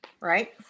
Right